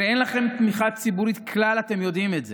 הרי אין לכם תמיכה ציבורית כלל, אתם יודעים את זה,